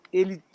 ele